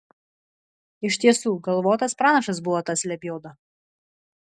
iš tiesų galvotas pranašas buvo tas lebioda